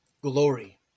glory